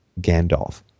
Gandalf